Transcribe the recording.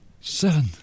seven